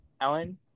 Ellen